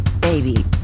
baby